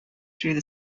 through